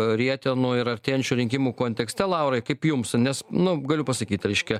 rietenų ir artėjančių rinkimų kontekste laurai kaip jums nes nu galiu pasakyt reiškia